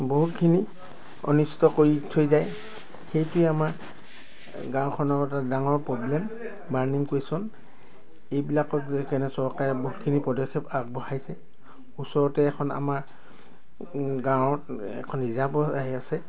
বহুতখিনি অনিষ্ট কৰি থৈ যায় সেইটোৱে আমাৰ গাঁওখনৰ এটা ডাঙৰ প্ৰব্লেম বাৰ্নিং কুৱেশ্যন এইবিলাকক লৈ কেনে চৰকাৰে বহুতখিনি পদক্ষেপ আগবঢ়াইছে ওচৰতে এখন আমাৰ গাঁৱত এখন ৰিজাৰ্পো আহি আছে